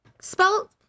Spell